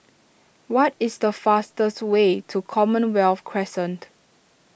what is the fastest way to Commonwealth Crescent